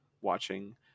watching